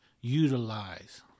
utilize